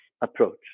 approach